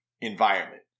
environment